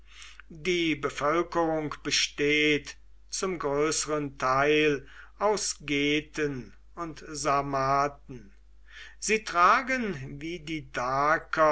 die bevölkerung besteht zum größeren teil aus geten und sarmaten sie tragen wie die